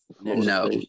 No